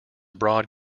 broad